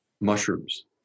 mushrooms